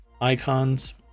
icons